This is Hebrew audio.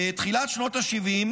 בתחילת שנות השבעים